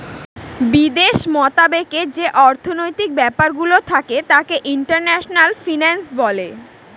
বিদেশ মতাবেকে যে অর্থনৈতিক ব্যাপারগুলো থাকে তাকে ইন্টারন্যাশনাল ফিন্যান্স বলে